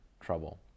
trouble